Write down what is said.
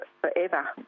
forever